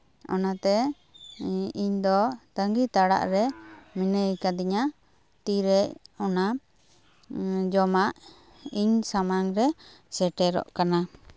ᱚᱱᱟᱛᱮ ᱤᱧ ᱫᱚ ᱛᱟᱺᱜᱤ ᱛᱟᱲᱟᱜ ᱨᱮ ᱢᱤᱱᱟᱹᱧ ᱠᱟᱹᱫᱤᱧᱟ ᱛᱤᱨᱮ ᱚᱱᱟ ᱡᱚᱢᱟᱜ ᱤᱧ ᱥᱟᱢᱟᱝ ᱨᱮ ᱥᱮᱴᱮᱨᱚᱜ ᱠᱟᱱᱟ